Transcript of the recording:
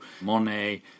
Monet